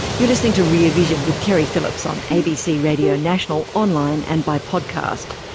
you're listening to rear vision with keri phillips on abc radio national, online and by podcast.